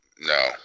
no